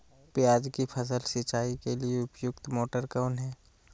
प्याज की फसल सिंचाई के लिए उपयुक्त मोटर कौन है?